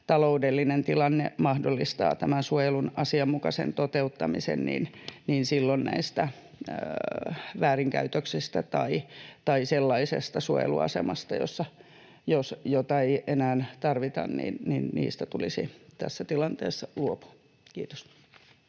taloudellinen tilanne mahdollistaisi tämän suojelun asianmukaisen toteuttamisen. Silloin näistä väärinkäytöksistä tai sellaisesta suojeluasemasta, jota ei enää tarvita, tulisi tässä tilanteessa luopua. — Kiitos.